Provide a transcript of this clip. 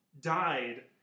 died